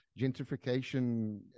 gentrification